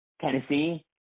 Tennessee